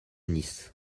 nice